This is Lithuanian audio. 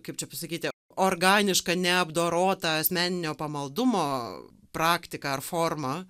kaip čia pasakyti organiška neapdorota asmeninio pamaldumo praktika ar forma